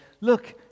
look